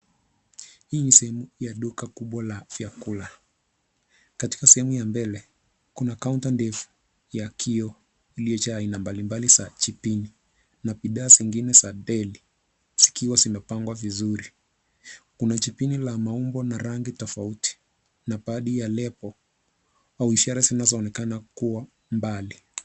Hii ni sehemu ya duka kubwa la vyakula. Katika sehemu ya mbele kuna counter ndefu ya kioo iliyojaa aina mbalimbali za jibini na bidhaa zingine za diary zikiwa zimepangwa vizuri. Kuna jibini la maumbo na rangi tofauti na baadhi ya lebo au ishara zinazoonekana kuwa mbali.